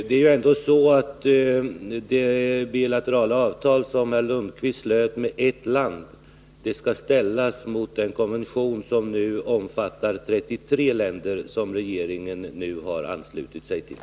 Herr talman! Det bilaterala avtal som herr Lundkvist slöt med ett land skall ställas mot den konvention som nu omfattar 33 länder och som Sverige har anslutit sig till.